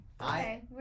Okay